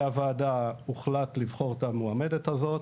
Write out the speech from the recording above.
הוועדה הוחלט לבחור את המועמדת הזאת,